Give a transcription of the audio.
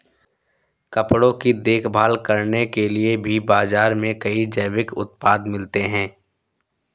कपड़ों की देखभाल करने के लिए भी बाज़ार में कई जैविक उत्पाद मिलते हैं